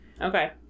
Okay